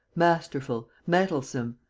masterful, mettlesome,